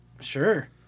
Sure